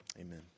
Amen